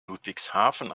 ludwigshafen